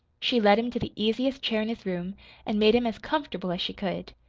she led him to the easiest chair in his room and made him as comfortable as she could.